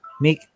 make